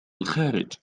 الخارج